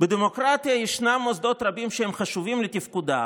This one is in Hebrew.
"בדמוקרטיה ישנם מוסדות רבים שהם חשובים לתפקודה,